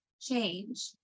change